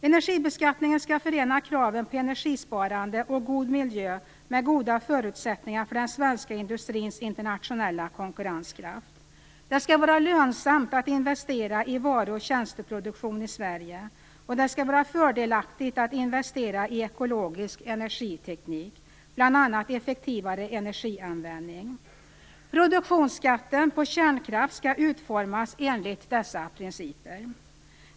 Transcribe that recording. Engergibeskattningen skall förena kraven på energisparande och god miljö med goda förutsättningar för den svenska industrins internationella konkurrenskraft. Det skall vara lönsamt att investera i varu och tjänsteproduktion i Sverige och det skall var fördelaktigt att investera i ekologisk energiteknik, bl.a. effektivare energianvändning. Produktionsskatten på kärnkraft skall utformas enligt dessa principer.